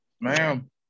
Ma'am